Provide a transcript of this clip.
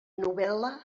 novel·la